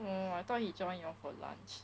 oh I thought he join you all for lunch